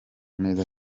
neza